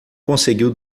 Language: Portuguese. conseguiu